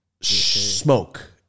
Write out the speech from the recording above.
Smoke